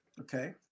Okay